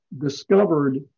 discovered